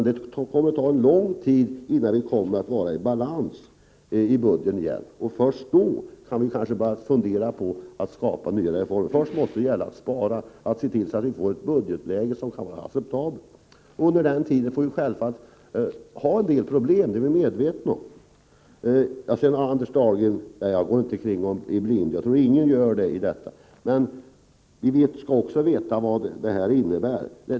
Det kommer att ta lång tid innan vi får balans i budgeten igen. När så skett kan vi kanske börja tänka på nya reformer, men först måste vi spara och se till att vi får ett acceptabelt budgetläge. Under tiden blir det en del problem — det är vi för vår del medvetna om. Till Anders Dahlgren: Jag går inte omkring och handlar i blindo på det här området, och det tror jag inte att någon gör. Men vi skall veta vad det hela innebär.